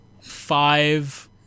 five